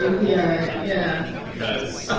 npr, yeah. because.